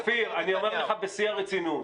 אופיר, אני אומר לך בשיא הרצינות.